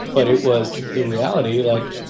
but it was the reality. like,